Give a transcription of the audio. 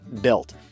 built